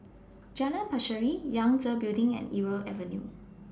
Jalan Pacheli Yangtze Building and Irau Avenue